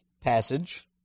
passage